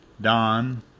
Don